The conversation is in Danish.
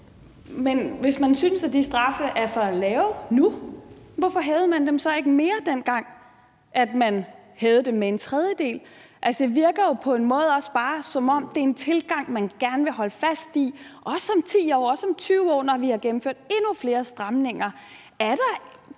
Men hvis man synes, at de straffe er for lave nu, hvorfor hævede man dem så ikke mere, dengang man hævede dem med en tredjedel? Altså, det virker jo på en måde også bare, som om det er en tilgang, man gerne vil holde fast i, også om 10 år og om 20 år, når vi har gennemført endnu flere stramninger.